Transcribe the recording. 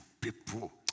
People